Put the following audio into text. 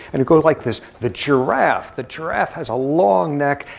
and it goes like this. the giraffe, the giraffe has a long neck,